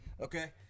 okay